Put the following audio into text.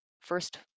first